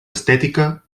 estètica